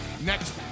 next